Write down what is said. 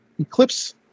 eclipse